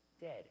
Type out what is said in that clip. dead